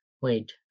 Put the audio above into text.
Wait